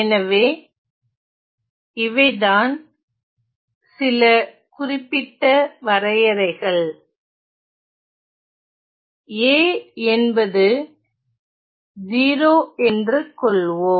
எனவே இவைதான் சில குறிப்பிட்ட வரையறைகள்a என்பது 0 என்று கொள்வோம்